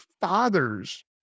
father's